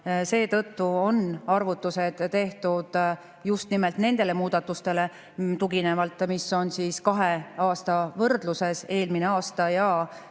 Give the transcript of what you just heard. Seetõttu on arvutused tehtud just nimelt nendele muudatustele tuginevalt, mis on kahe aasta võrdluses: eelmine aasta ja